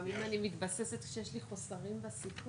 מי שהוביל את העניין הזה זו המועצה